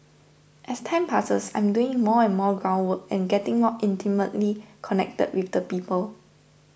as time passes I'm doing more and more ground work and getting more intimately connected with the people